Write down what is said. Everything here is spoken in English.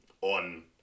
on